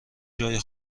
جای